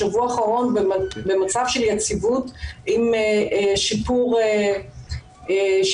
השבוע האחרון במצב של יציבות עם שיפור קל.